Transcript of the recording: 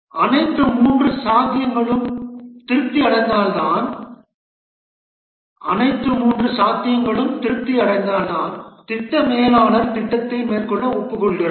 அனைத்து 3 சாத்தியங்களும் திருப்தி அடைந்தால்தான் திட்ட மேலாளர் திட்டத்தை மேற்கொள்ள ஒப்புக்கொள்கிறார்